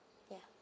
ya